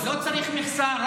לא צריך מכסה.